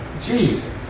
Jesus